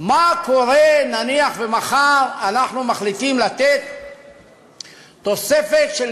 מה קורה אם נניח מחר אנחנו מחליטים לתת תוספת של